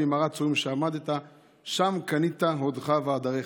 במערת צורים שעמדת / שם קנית הודך והדרך".